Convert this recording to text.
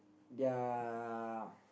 their